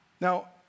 Now